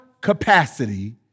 capacity